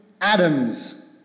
Adams